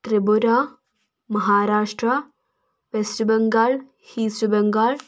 Tripura Maharashtra West Bengal East Bengal